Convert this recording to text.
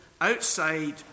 outside